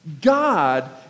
God